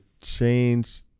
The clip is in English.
change